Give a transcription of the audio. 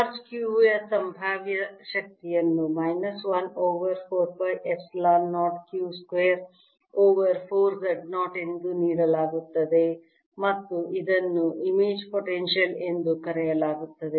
charge q ಯ ಸಂಭಾವ್ಯ ಶಕ್ತಿಯನ್ನು minus 1 over 4 pi epsilon 0 q square over 4 Z0 ಎಂದು ನೀಡಲಾಗುತ್ತದೆ ಮತ್ತು ಇದನ್ನು ಇಮೇಜ್ ಪೊಟೆನ್ಷಿಯಲ್ ಎಂದು ಕರೆಯಲಾಗುತ್ತದೆ